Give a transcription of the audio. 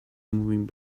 moving